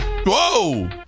Whoa